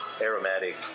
aromatic